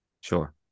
sure